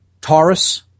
Taurus